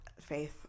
Faith